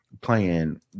playing